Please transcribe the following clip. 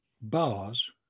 bars